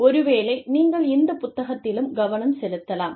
ஒருவேளை நீங்கள் இந்த புத்தகத்திலும் கவனம் செலுத்தலாம்